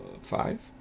Five